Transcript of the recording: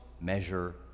measure